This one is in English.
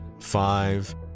Five